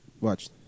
Watch